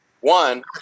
One